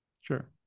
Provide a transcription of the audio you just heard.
Sure